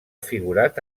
figurat